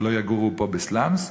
שלא יגורו פה בסלאמס.